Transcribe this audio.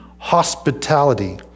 hospitality